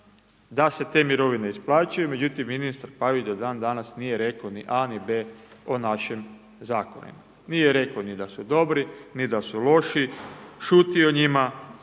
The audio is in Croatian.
da se te mirovine isplaćuju, međutim, ministar Pavić do dan danas nije rekao ni A ni B o našim zakonima. Nije rekao ni da su dobri, ni da su loši, šuti o njima,